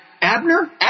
Abner